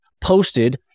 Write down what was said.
posted